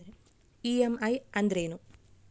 EMI ಅಂದ್ರೇನು?